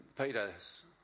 Peter's